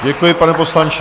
Děkuji, pane poslanče.